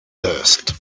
dust